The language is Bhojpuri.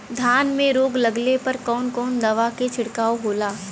धान में रोग लगले पर कवन कवन दवा के छिड़काव होला?